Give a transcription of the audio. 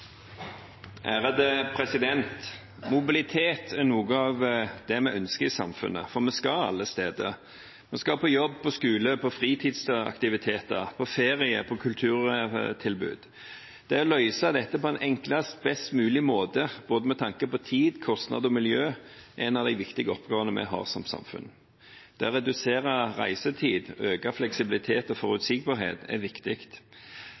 noe vi ønsker i samfunnet. For vi skal så mange steder. Vi skal på jobb, skole, fritidsaktiviteter, ferie og kulturtilbud. Det å løse dette på enklest og best mulig måte med tanke på både tid, kostnad og miljø er en av de viktige oppgavene vi har som samfunn. Det å redusere reisetiden og øke fleksibiliteten og forutsigbarheten er viktig.